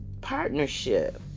partnership